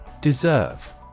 Deserve